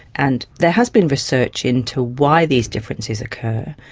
and there has been research into why these differences occur,